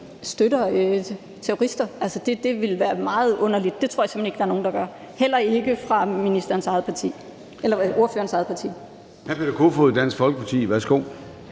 støtter terrorister. Det ville være meget underligt – det tror jeg simpelt hen ikke der er nogen der gør, heller ikke fra ordførerens eget parti. Kl. 14:29 Formanden (Søren Gade): Hr. Peter Kofod, Dansk Folkeparti. Værsgo.